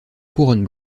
couronne